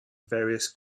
various